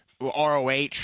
ROH